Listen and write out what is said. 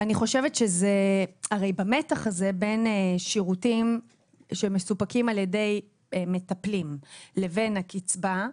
הרי במתח הזה בין שירותים שמסופקים על ידי מטפלים לבין הקצבה,